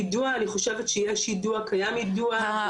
העובדים הזרים והעובדות הזרות, הם בעצם